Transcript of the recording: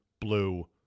blue